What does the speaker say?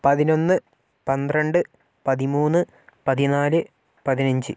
പതിനൊന്ന് പന്ത്രണ്ട് പതിമൂന്ന് പതിനാല് പതിനഞ്ച്